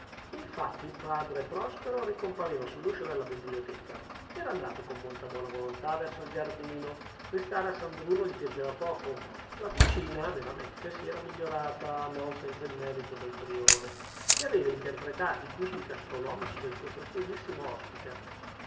infatti il padre prospero ricompariva sull'uscio della biblioteca era andato con molta buona volontà verso il giardino restare a san bruno gli piaceva poco la cucina veramente si era migliorata non senza merito del priore che aveva interpretati i gusti gastronomici del suo preziosissimo ospite